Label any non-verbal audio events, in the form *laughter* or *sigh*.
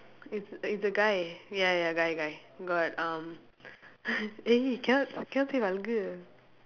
it's it's a guy ya ya guy guy got um *laughs* eh cannot cannot say vulgar